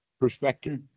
perspective